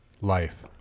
life